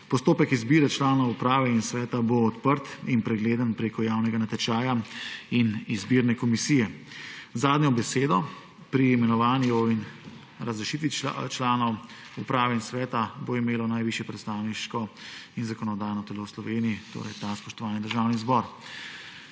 Postopek izbire članov uprave in sveta bo odprt in pregleden preko javnega natečaja in izbirne komisije. Zadnjo besedo pri imenovanju in razrešitvi članov uprave in sveta bo imelo najvišje predstavniško in zakonodajno telo v Sloveniji, torej ta spoštovani Državni zbor.